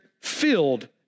filled